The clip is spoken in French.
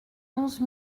onze